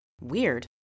Weird